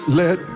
let